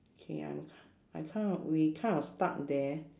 K I'm k~ I kind of we kind of stuck there